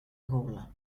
gola